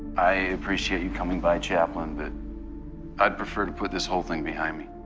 i appreciate you coming by, chaplain, but i'd prefer to put this whole thing behind me.